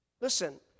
Listen